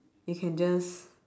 you can just